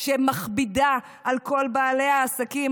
מכבידה על כל בעלי העסקים.